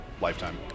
lifetime